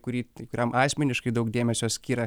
kurį kuriam asmeniškai daug dėmesio skiria